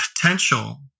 potential